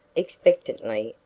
expectantly,